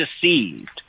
deceived